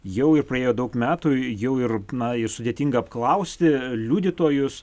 jau ir praėjo daug metų jau ir na ir sudėtinga apklausti liudytojus